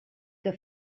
que